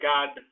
God